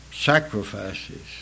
sacrifices